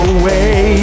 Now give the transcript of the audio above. away